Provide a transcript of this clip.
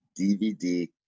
DVD